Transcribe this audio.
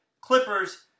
Clippers